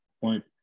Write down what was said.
point